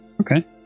Okay